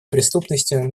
преступностью